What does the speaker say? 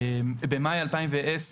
במאי 2010,